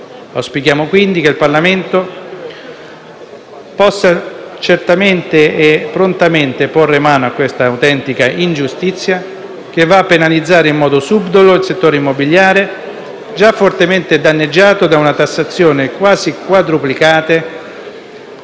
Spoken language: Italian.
Auspichiamo quindi che il Parlamento possa certamente e prontamente porre mano a questa autentica ingiustizia, che va a penalizzare in modo subdolo il settore immobiliare, già fortemente danneggiato da una tassazione quasi quadruplicata